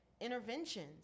interventions